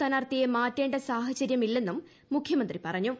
സ്ഥാനാർത്ഥിയെ മാറ്റേണ്ട സാഹചര്യം ഇല്ലെന്നും മുഖ്യമന്ത്രി പറഞ്ഞു